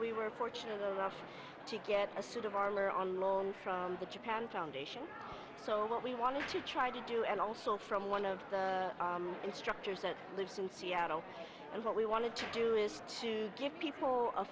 we were fortunate enough to get a suit of armor on loan from the japan town dish and so we wanted to try to do and also from one of the instructors that lives in seattle and what we wanted to do is to give people a